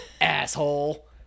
asshole